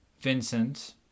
Vincent